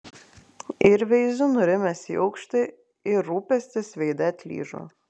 ir veiziu nurimęs į aukštį ir rūpestis veide atlyžo